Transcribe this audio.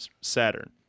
Saturn